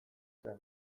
zen